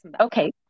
Okay